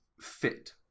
fit